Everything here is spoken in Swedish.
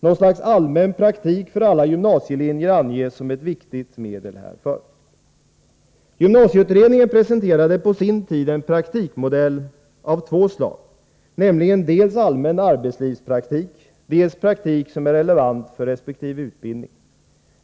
Något slags allmän praktik på alla gymnasielinjer anges som ett viktigt medel härför. Gymnasieutredningen presenterade på sin tid en praktikmodell med praktik av två slag, nämligen dels allmän arbetslivspraktik, dels praktik som är relevant för resp. utbildning.